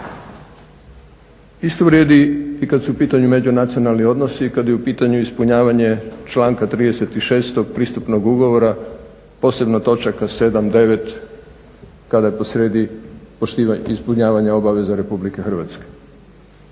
Isto vrijedi i kada su u pitanju međunacionalni odnosi i kada je u pitanju ispunjavanje članka 36. pristupnog ugovora, posebno točaka 7., 9., kada je posrijedi ispunjavanje obaveza Republike Hrvatske.